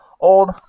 old